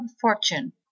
fortune